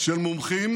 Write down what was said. של מומחים